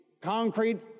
concrete